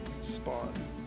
Spawn